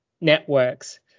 networks